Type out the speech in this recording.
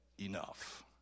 enough